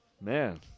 Man